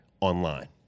online